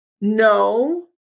no